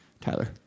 Tyler